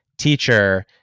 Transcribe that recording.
Teacher